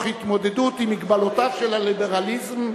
התמודדות עם מגבלותיו של הליברליזם האירופי,